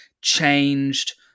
changed